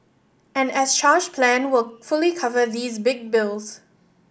and as charged plan will fully cover these big bills